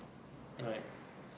right